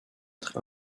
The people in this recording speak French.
être